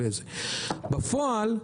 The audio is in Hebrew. בפועל,